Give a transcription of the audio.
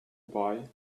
buy